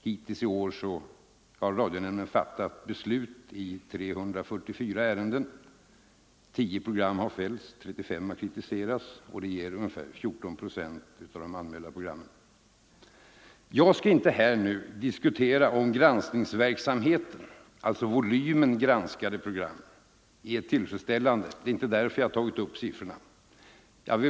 Hittills i år har radionämnden fattat beslut i 344 ärenden. 10 program har fällts och 35 har kritiserats, vilket ger 14 procent. Jag skall inte här diskutera om granskningsverksamheten — volymen granskade program -— är tillfredsställande. Det är inte därför jag nämnt dessa siffror.